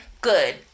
Good